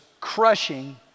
crushing